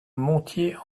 montier